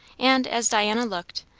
and as diana looked,